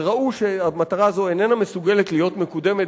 וראו שהמטרה הזאת איננה מסוגלת להיות מקודמת